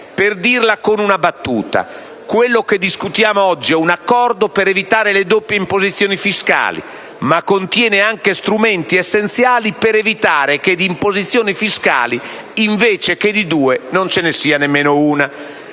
per dirla con una battuta: quello che discutiamo oggi è un accordo per evitare le doppie imposizioni fiscali, ma contiene anche strumenti essenziali per evitare che di imposizioni fiscali invece di due non ce ne sia nemmeno una.